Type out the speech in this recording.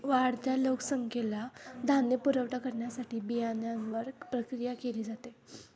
वाढत्या लोकसंख्येला धान्य पुरवठा करण्यासाठी बियाण्यांवर प्रक्रिया केली जाते